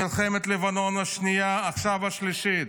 מלחמת לבנון השנייה, עכשיו השלישית.